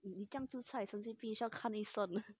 你这样子吃菜神经病需要看医生